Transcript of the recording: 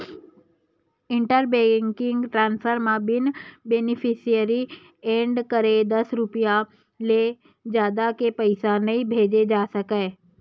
inter banking transfer म बिन beneficiary add करे दस रूपिया ले जादा के पइसा नइ भेजे जा सकय